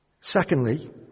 secondly